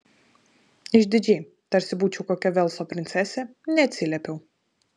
išdidžiai tarsi būčiau kokia velso princesė neatsiliepiau